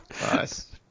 Nice